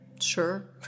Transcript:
sure